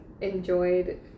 enjoyed